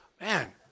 Man